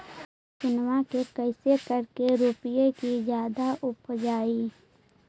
लहसूनमा के कैसे करके रोपीय की जादा उपजई?